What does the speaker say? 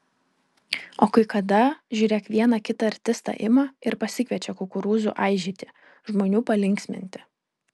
o kai kada žiūrėk vieną kitą artistą ima ir pasikviečia kukurūzų aižyti žmonių palinksminti